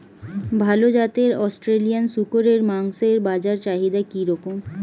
ভাল জাতের অস্ট্রেলিয়ান শূকরের মাংসের বাজার চাহিদা কি রকম?